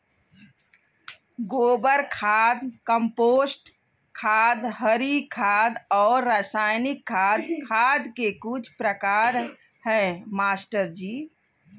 गोबर खाद कंपोस्ट खाद हरी खाद और रासायनिक खाद खाद के कुछ प्रकार है मास्टर जी